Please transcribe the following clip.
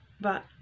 but